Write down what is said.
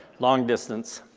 long distance,